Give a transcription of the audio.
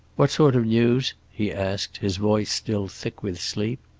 what sort of news? he asked, his voice still thick with sleep.